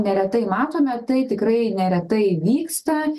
neretai matome tai tikrai neretai vyksta